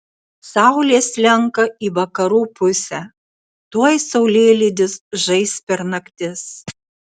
saulė slenka į vakarų pusę tuoj saulėlydis žais per naktis